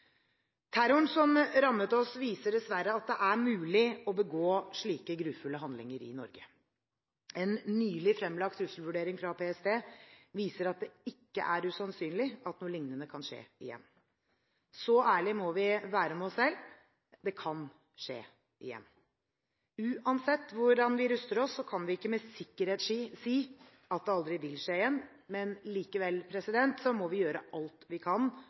Terroren som rammet oss, viser dessverre at det er mulig å begå slike grufulle handlinger i Norge. En nylig fremlagt trusselvurdering fra PST viser at det ikke er usannsynlig at noe lignende kan skje igjen. Så ærlige må vi være med oss selv: Det kan skje igjen. Uansett hvordan vi ruster oss, kan vi ikke med sikkerhet si at det aldri vil skje igjen. Likevel må vi gjøre alt vi kan